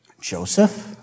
Joseph